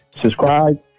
Subscribe